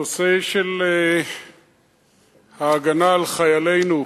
הנושא של ההגנה על חיילינו,